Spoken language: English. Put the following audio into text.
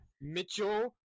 Mitchell